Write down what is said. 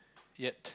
yet